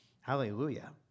Hallelujah